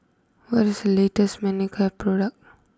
what is the latest Manicare product